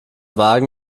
wagen